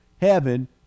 heaven